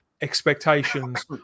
expectations